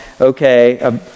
okay